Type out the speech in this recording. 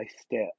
step